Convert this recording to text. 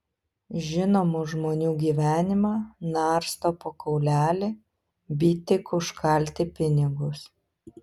žinomų žmonių gyvenimą narsto po kaulelį by tik užkalti pinigus